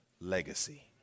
legacy